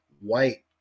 white